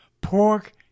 pork